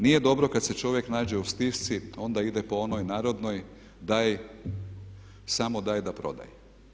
Nije dobro kad se čovjek nađe u stisci, onda ide po onoj narodnoj daj, samo daj da prodaj.